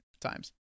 times